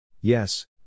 Yes